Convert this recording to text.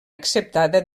acceptada